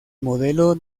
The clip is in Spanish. modelo